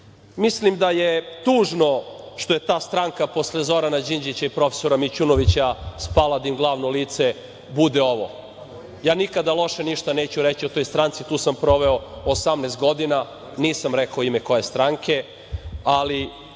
Mislim da je tužno što je ta stranka posle Zorana Đinđića i profesora Mićunovića spala da im glavno lice bude ovo. Ja nikada loše ništa neću reći o toj stranci, tu sam proveo 18 godina, nisam rekao ime koje stranke, ali